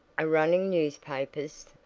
a-runnin' newspapers,